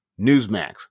Newsmax